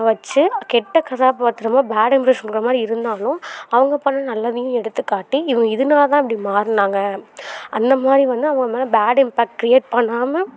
வச்சி கெட்ட கதாபாத்திரமாக பேட் இம்ப்ரெஷன் கொடுக்குற மாதிரி இருந்தாலும் அவங்க பண்ணுன நல்லதையும் எடுத்துக்காட்டி இவங்க இதனால தான் இப்படி மாறுனாங்க அந்த மாதிரி வந்து அவங்க மேலே பேட் இம்பேக்ட் க்ரியேட் பண்ணாமல்